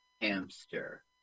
Hamster